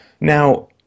Now